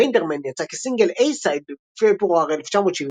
"Painter Man" יצא כסינגל איי-סייד בפברואר 1979,